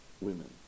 women